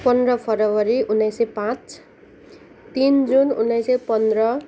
पन्ध्र फब्रुअरी उन्नाइस सय पाँच तिन जुन उन्नाइस सय पन्ध्र